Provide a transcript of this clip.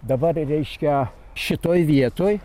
dabar reiškia šitoj vietoj